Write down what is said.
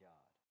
God